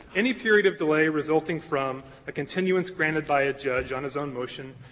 any period of delay resulting from a continuance granted by a judge on his own motion.